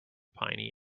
piny